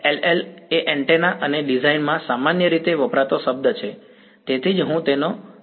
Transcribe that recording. SLL એ antenna અને ડિઝાઇનમાં સામાન્ય રીતે વપરાતો શબ્દ છે તેથી જ હું તેનો અહીં ઉલ્લેખ કરું છું